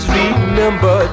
remember